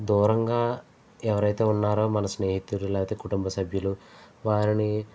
దూరంగా ఎవరైతే ఉన్నారో మన స్నేహితులు లేకపోతే మన కుటుంబ సభ్యులు వారిని